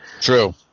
True